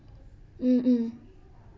mm mm